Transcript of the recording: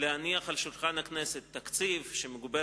להניח על שולחן הכנסת תקציב שמגובה